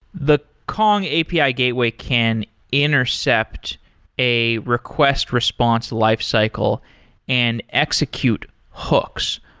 the kong api ah gateway can intercept a request response lifecycle and execute hooks.